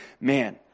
Man